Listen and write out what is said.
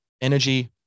energy